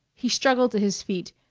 he struggled to his feet,